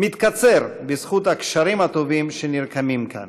מתקצר בזכות הקשרים הטובים שנרקמים כאן.